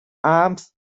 alms